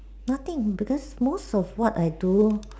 nothing because most of what I do